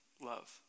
love